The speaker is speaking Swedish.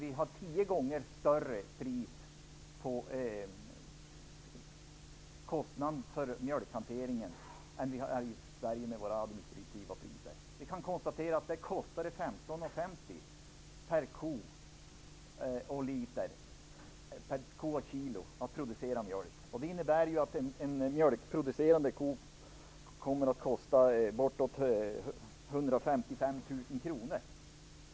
Där är kostnaden för mjölkhanteringen tio gånger större än i Sverige med våra administrativa priser. Vi kan konstatera att det kostade 15:50 kr per ko och kilo att producera mjölk. Det innebär att en mjölkproducerande ko kommer att kosta bortåt 155 000 kr.